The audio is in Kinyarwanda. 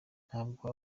ntabwo